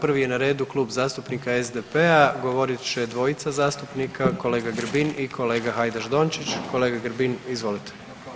Prvi je na redu Kluba zastupnika SDP-a, govorit će dvojica zastupnika, kolega Grbin i kolega Hajdaš Dončić, kolega Grbin, izvolite.